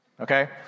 Okay